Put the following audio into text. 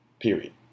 Period